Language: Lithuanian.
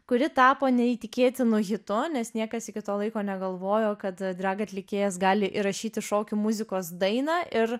kuri tapo neįtikėtino hitu nes niekas iki to laiko negalvojo kad drag atlikėjas gali įrašyti šokių muzikos dainą ir